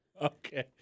Okay